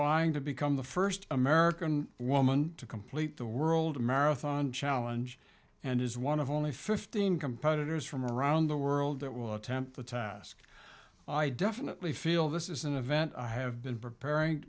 vying to become the first american woman to complete the world marathon challenge and is one of only fifteen competitors from around the world that will attempt the task i definitely feel this is an event i have been preparing